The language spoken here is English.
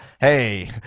Hey